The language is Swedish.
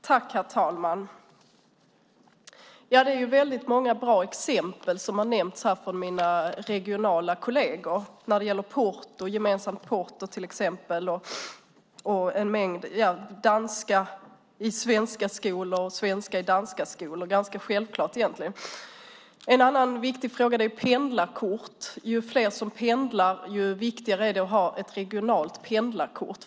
Herr talman! Mina regionala kolleger har nämnt många bra exempel, till exempel gemensamt porto, danskundervisning i svenska skolor och svenskundervisning i danska skolor. Det är egentligen ganska självklart. En annan viktig fråga är pendlarkort. Ju fler som pendlar, desto viktigare är det att ha ett regionalt pendlarkort.